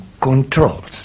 controls